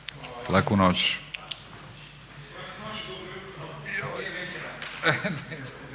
Laku noć!